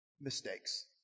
mistakes